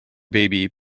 baby